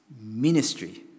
ministry